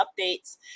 updates